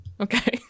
Okay